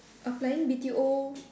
applying B_T_O